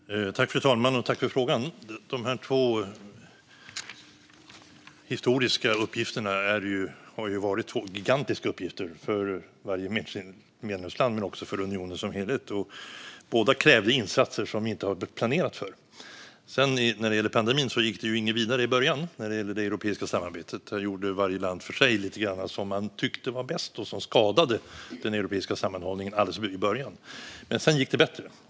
Fru talman! Tack, Azadeh Rojhan Gustafsson, för frågan! Dessa två historiska uppgifter har ju varit gigantiska för varje medlemsland men också för unionen som helhet. Båda krävde insatser som vi inte har planerat för. När det gäller pandemin gick det ju inget vidare med det europeiska samarbetet i början. Där gjorde varje land för sig lite grann som man tyckte var bäst, vilket skadade den europeiska sammanhållningen alldeles i början. Men sedan gick det bättre.